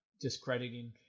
discrediting